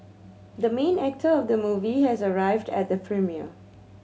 the main actor of the movie has arrived at the premiere